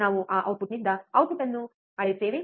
ನಾವು ಆ ಔಟ್ಪುಟ್ ನಿಂದ ಔಟ್ಪುಟ್ ಅನ್ನು ಅಳೆಯುತ್ತೇವೆ